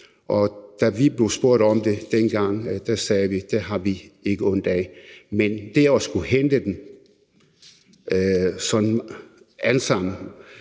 og da vi blev spurgt om det dengang, sagde vi, at det havde vi ikke ondt af. Men at skulle hente dem alle sammen